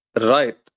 right